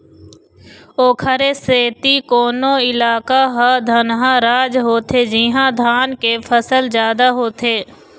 ओखरे सेती कोनो इलाका ह धनहा राज होथे जिहाँ धान के फसल जादा होथे